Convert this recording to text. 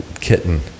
kitten